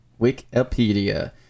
Wikipedia